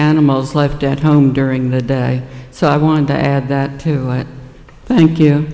animals left at home during the day so i want to add that to thank you